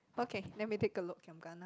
okay let me take a look giam kana